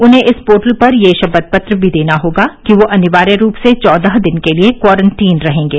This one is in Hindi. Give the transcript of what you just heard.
उन्हें इस पोर्टल पर यह शपथ पत्र भी देना होगा कि वे अनिवार्य रूप में चौदह दिन के लिए क्वारंटीन में रहेंगे